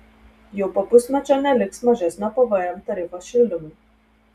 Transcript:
jau po pusmečio neliks mažesnio pvm tarifo šildymui